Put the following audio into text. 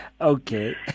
Okay